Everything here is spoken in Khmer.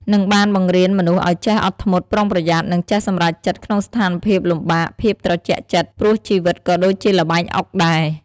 និងបានបង្រៀនមនុស្សឱ្យចេះអត់ធ្មត់ ប្រុងប្រយ័ត្ន និងចេះសម្រេចចិត្តក្នុងស្ថានភាពលំបាកដោយភាពត្រជាក់ចិត្ត ព្រោះជីវិតក៏ដូចជាល្បែងអុកដែរ។